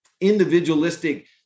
individualistic